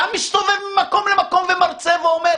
אתה מסתובב ממקום למקום ומרצה ואומר